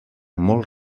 molt